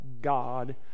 God